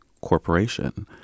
corporation